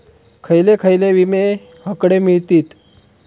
खयले खयले विमे हकडे मिळतीत?